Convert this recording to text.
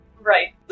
Right